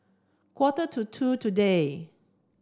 quarter to two today